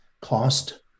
cost